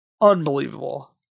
unbelievable